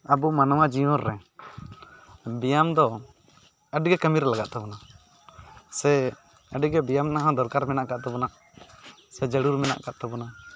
ᱟᱵᱚ ᱢᱟᱱᱣᱟ ᱡᱤᱭᱚᱱ ᱨᱮ ᱵᱮᱭᱟᱢ ᱫᱚ ᱟᱹᱰᱤᱜᱮ ᱠᱟᱹᱢᱤᱨᱮ ᱞᱟᱜᱟᱜ ᱛᱟᱵᱚᱱᱟ ᱥᱮ ᱟᱹᱰᱤᱜᱮ ᱵᱮᱭᱟᱢ ᱨᱮᱱᱟᱜ ᱦᱚᱸ ᱫᱚᱨᱠᱟᱨ ᱢᱮᱱᱟᱱᱟᱜ ᱠᱟᱫ ᱛᱟᱵᱚᱱᱟ ᱥᱮ ᱡᱟᱹᱨᱩᱲ ᱢᱮᱱᱟᱜ ᱠᱟᱫ ᱛᱟᱵᱚᱱᱟ